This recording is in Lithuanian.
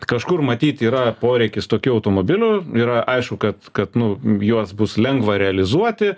kažkur matyt yra poreikis tokių automobilių ir aišku kad kad nu juos bus lengva realizuoti